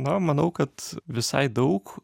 na manau kad visai daug